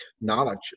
knowledge